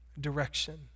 direction